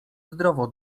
zdrowo